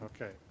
Okay